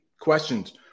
questions